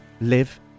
live